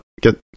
get